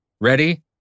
Ready